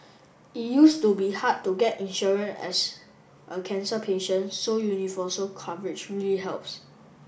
it used to be hard to get insurance as a cancer patient so universal coverage really helps